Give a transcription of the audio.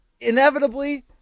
Inevitably